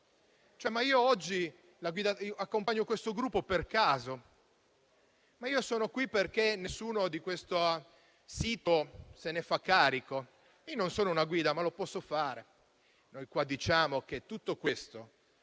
oggi io accompagno questo gruppo per caso, sono qui perché nessuno di questo sito se ne fa carico; non sono una guida, ma lo posso fare. Noi qui diciamo che tutto questo si potrà